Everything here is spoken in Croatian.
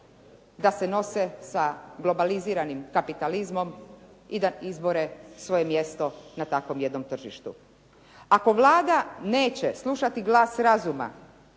da se nose sa globaliziranim kapitalizmom i da izbore svoje mjesto na takvom jednom tržištu. Ako Vlada neće slušati glas razuma